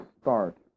start